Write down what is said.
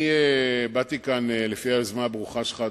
באתי לכאן לפי היוזמה הברוכה שלך,